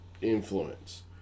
influence